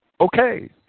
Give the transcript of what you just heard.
Okay